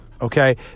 okay